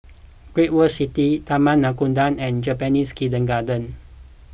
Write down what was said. Great World City Taman Nakhoda and Japanese Kindergarten